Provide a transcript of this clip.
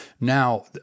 Now